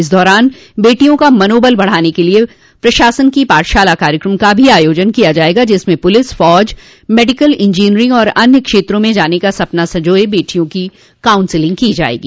इस दौरान बेटियों का मनोबल बढ़ाने के लिये प्रशासन की पाठशाला कार्यक्रम का भी आयोजन किया जायेगा जिसमें पुलिस फौज मेडिकल इंजीनियरिंग तथा अन्य क्षेत्रों में जाने का सपना संजोए बेटियों की काउंसलिंग की जायेगी